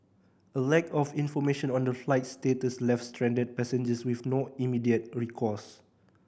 a lack of information on the flight status left stranded passengers with no immediate recourse